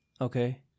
Okay